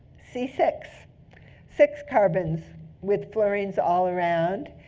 c six six carbons with fluorines all around.